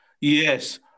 Yes